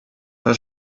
bei